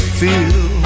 feel